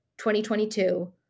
2022